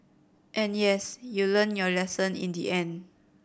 and yes you learnt your lesson in the end